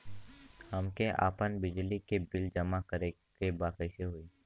हमके आपन बिजली के बिल जमा करे के बा कैसे होई?